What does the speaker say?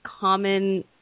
common